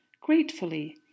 gratefully